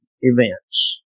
events